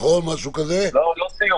לא סיום.